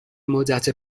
مدت